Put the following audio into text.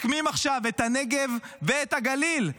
משקמים עכשיו את הנגב ואת הגליל.